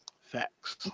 Facts